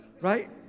right